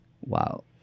Wow